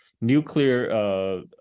nuclear